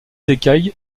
écailles